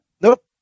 Nope